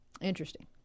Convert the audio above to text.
Interesting